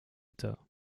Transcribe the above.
utah